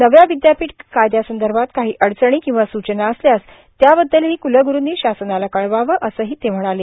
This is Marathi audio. नव्या विद्यापीठ कायद्यासंदर्भात काही अडचणी किंवा स्चना असल्यास त्याबद्दलही कुलग्रुंनी शासनाला कळवावे असंही ते म्हणाले